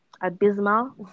abysmal